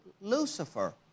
lucifer